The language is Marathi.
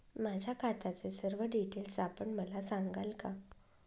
माझ्या खात्याचे सर्व डिटेल्स आपण मला सांगाल का?